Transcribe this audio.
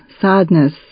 sadness